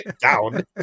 down